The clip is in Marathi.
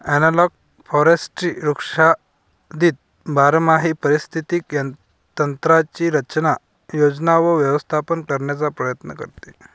ॲनालॉग फॉरेस्ट्री वृक्षाच्छादित बारमाही पारिस्थितिक तंत्रांची रचना, योजना व व्यवस्थापन करण्याचा प्रयत्न करते